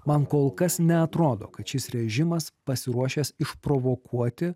man kol kas neatrodo kad šis režimas pasiruošęs išprovokuoti